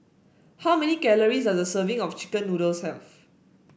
how many calories does a serving of chicken noodles have